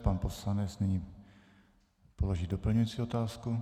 Pan poslanec nyní položí doplňující otázku.